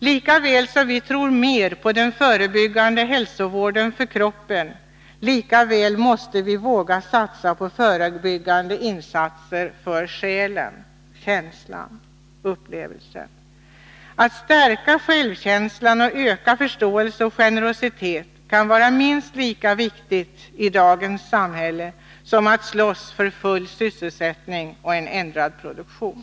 Lika väl som vi tror mer på den förebyggande hälsovården för kroppen måste vi våga satsa på förebyggande insatser för själen. Att stärka självkänslan och öka förståelse och generositet kan i dagens samhälle vara minst lika viktigt som att slåss för full sysselsättning och en ändrad produktion.